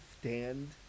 stand